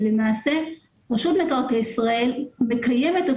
ולמעשה רשות מקרקעי ישראל מקיימת את